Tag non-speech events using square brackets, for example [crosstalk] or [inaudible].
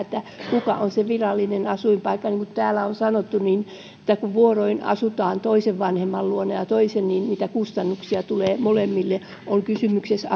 kumman luona on se virallinen asuinpaikka niin kuin täällä on sanottu kun vuoroin asutaan toisen vanhemman luona ja sitten toisen niin niitä kustannuksia tulee molemmille ovat kysymyksessä [unintelligible]